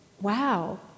wow